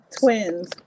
twins